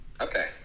Okay